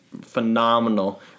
Phenomenal